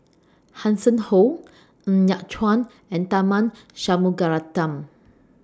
Hanson Ho Ng Yat Chuan and Tharman Shanmugaratnam